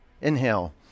Inhale